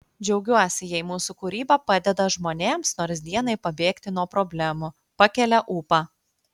džiaugiuosi jei mūsų kūryba padeda žmonėms nors dienai pabėgti nuo problemų pakelia ūpą